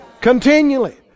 Continually